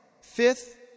Fifth